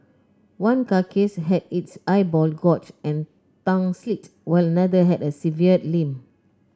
one carcass had its eyeball gorged and tongue slit while another had a severed limb